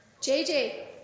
JJ